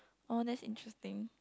orh that's interesting